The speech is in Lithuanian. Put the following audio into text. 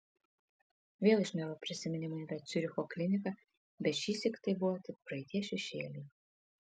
vėl išniro prisiminimai apie ciuricho kliniką bet šįsyk tai buvo tik praeities šešėliai